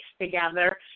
together